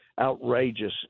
outrageous